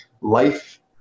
life